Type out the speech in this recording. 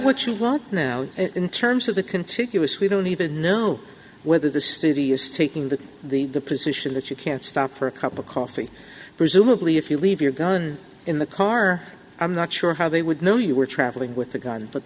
what you want now in terms of the contiguous we don't even know whether the study is taking the the position that you can't stop for a cup of coffee presumably if you leave your gun in the car i'm not sure how they would know you were traveling with a gun but